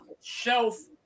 Shelf